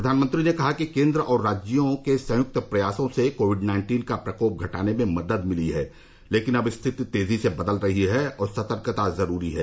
प्रधानमंत्री ने कहा कि केन्द्र और राज्यों के संयुक्त प्रयासों से कोविड नाइन्टीन का प्रकोप घटाने में मदद मिली है लेकिन अब स्थिति तेजी से बदल रही है और सतर्कता जरूरी है